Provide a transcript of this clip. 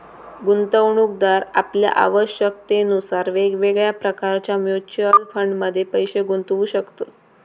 गुंतवणूकदार आपल्या आवश्यकतेनुसार वेगवेगळ्या प्रकारच्या म्युच्युअल फंडमध्ये पैशे गुंतवू शकतत